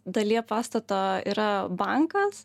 dalyje pastato yra bankas